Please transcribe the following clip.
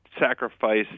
sacrifice